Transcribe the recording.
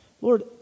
Lord